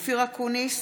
אופיר אקוניס,